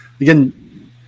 again